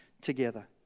together